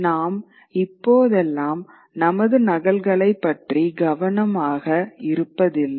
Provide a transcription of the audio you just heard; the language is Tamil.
நாம் இப்போதெல்லாம் நமது நகல்களைப் பற்றி கவனமாக மிகவும் கவனமாக இருப்பதில்லை